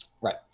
Right